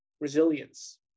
resilience